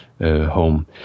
home